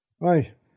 Right